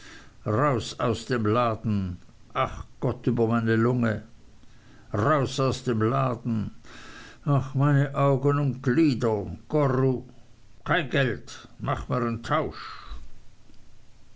raus aus dem laden ach gott meine lunge raus aus dem laden ach meine augen ünd glieder goru kein geld mach mer en tausch